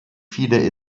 viele